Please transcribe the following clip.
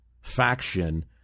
faction